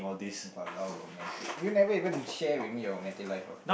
!walao! romantic you never even share with me your romantic life uh